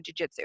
jujitsu